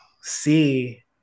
see